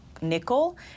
nickel